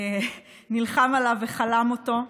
שנלחם עליו וחלם אותו.